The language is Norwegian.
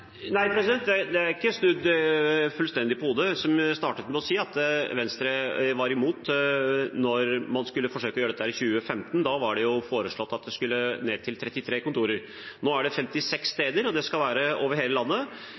er ikke snudd fullstendig på hodet. Som jeg startet med å si, var Venstre imot da man forsøkte å gjøre dette i 2015. Da ble det foreslått at man skulle ned til 33 kontorer. Nå er det 56 steder, og det skal være over hele landet.